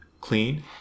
clean